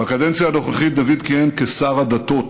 בקדנציה הנוכחית דוד כיהן כשר הדתות.